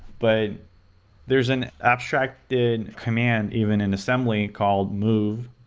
but there's an abstracted command, even in assembly, called move,